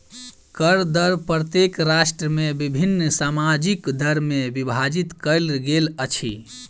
कर दर प्रत्येक राष्ट्र में विभिन्न सामाजिक दर में विभाजित कयल गेल अछि